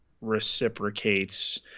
reciprocates